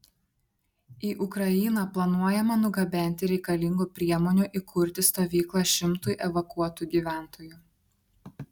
į ukrainą planuojama nugabenti reikalingų priemonių įkurti stovyklą šimtui evakuotų gyventojų